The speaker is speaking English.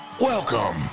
Welcome